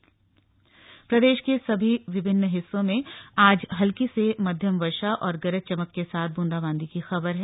मौसम प्रदेश के विभिन्न हिस्सों में आज हल्की से मध्यम वर्षा और गरज चमक के साथ ब्रंदा बांदी की खबर है